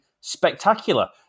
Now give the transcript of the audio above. spectacular